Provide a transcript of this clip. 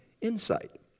insight